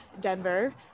Denver